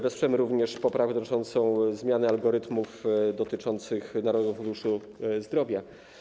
Wesprzemy również poprawkę dotyczącą zmiany algorytmów dotyczących Narodowego Funduszu Zdrowia.